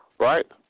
Right